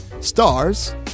Stars